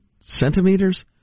centimeters